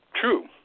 true